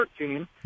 13